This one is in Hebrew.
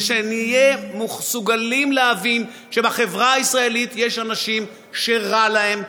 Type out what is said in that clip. זה שנהיה מסוגלים להבין שבחברה הישראלית יש אנשים שרע להם,